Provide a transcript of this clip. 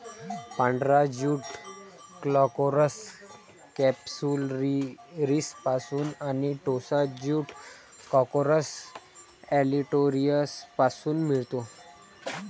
पांढरा jute Corchorus कॅप्सुलरिसपासून आणि टोसा ज्यूट कॉर्कोरस ऑलिटोरियसपासून मिळतो